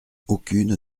aucune